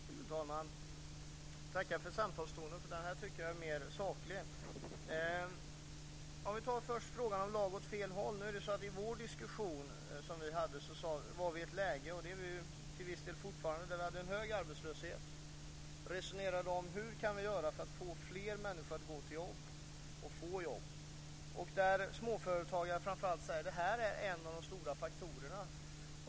Fru talman! Jag tackar för samtalstonen, som jag nu tycker är mer saklig. Jag tar först frågan om lag åt fel håll. I den diskussion vi hade var vi i ett läge, och det är vi till viss del fortfarande, där vi hade en hög arbetslöshet. Vi resonerade då om hur vi kunde göra för att få fler människor att gå till jobb och få jobb. Framför allt småföretagare sade då att det här är en av de stora faktorerna.